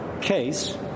case